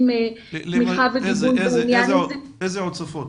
איזה עוד שפות?